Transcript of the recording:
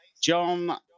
John